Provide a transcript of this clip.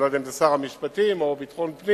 אני לא יודע אם זה שר המשפטים או ביטחון פנים,